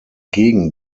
gegen